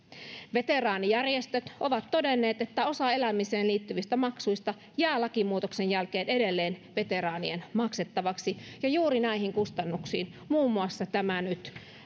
veteraanijärjestöt ovat todenneet että osa elämiseen liittyvistä maksuista jää lakimuutoksen jälkeen edelleen veteraanien maksettavaksi ja juuri näihin kustannuksiin muun muassa tämä nyt